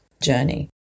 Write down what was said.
journey